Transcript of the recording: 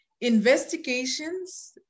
Investigations